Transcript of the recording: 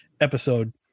episode